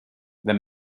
wenn